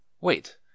Wait